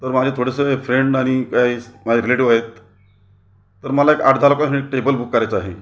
sir माझे थोडेसे friend आणि काही माझे रिलेटिव आहेत तर मला एक आठ दहा लोकांसाठी टेबल बुक करायचं आहे